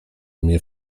mnie